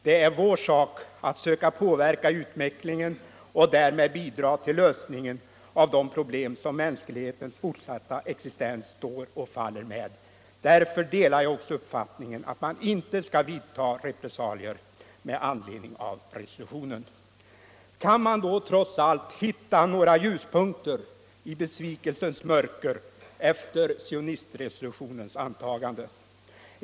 Det är vår sak att söka påverka utvecklingen och därmed bidra till lösningen av de problem som mänsklighetens fortsatta existens står och faller med. Därför delar jag uppfattningen att man inte skall vidta repressalier med anledning av resolutionen. Kan man trots allt hitta några ljuspunkter i besvikelsens mörker efter sionismresolutionens antagande?